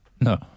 No